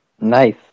Nice